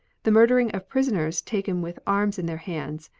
the murdering of prisoners taken with arms in their hands,